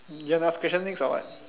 you want to ask question next or what